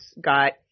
got